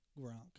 Gronk